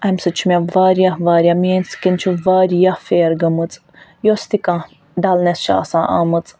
اَمہِ سۭتۍ چھُ مےٚ واریاہ واریاہ میٛٲنۍ سِکن چھِ واریاہ فِیر گٔمٕژ یۅس تہِ مےٚ کانٛہہ ڈَل نیٚس چھِ آسان آمٕژ